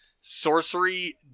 sorcery